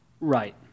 Right